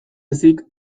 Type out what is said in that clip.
ezik